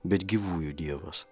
bet gyvųjų dievas